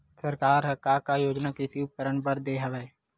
सरकार ह का का योजना कृषि उपकरण बर दे हवय?